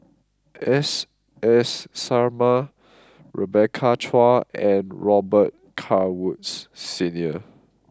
S S Sarma Rebecca Chua and Robet Carr Woods Senior